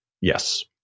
Yes